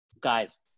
guys